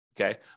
Okay